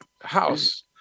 house